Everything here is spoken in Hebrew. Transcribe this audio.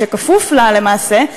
שכפוף לה למעשה,